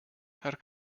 herr